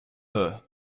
her